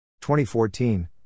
2014